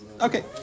Okay